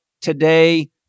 today